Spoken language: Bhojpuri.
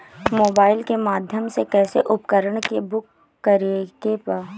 मोबाइल के माध्यम से कैसे उपकरण के बुक करेके बा?